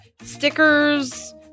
stickers